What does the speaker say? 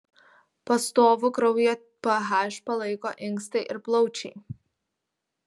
pastovų kraujo ph palaiko inkstai ir plaučiai